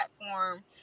platform